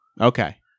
Okay